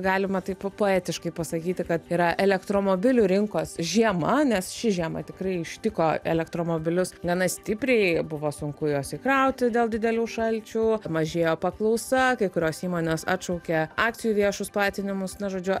galima taip poetiškai pasakyti kad yra elektromobilių rinkos žiema nes ši žiema tikrai ištiko elektromobilius gana stipriai buvo sunku juos įkrauti dėl didelių šalčių mažėjo paklausa kai kurios įmonės atšaukė akcijų viešus platinimus na žodžiu